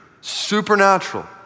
supernatural